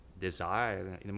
desire